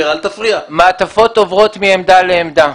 מעטפות עוברות מעמדה לעמדה.